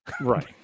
Right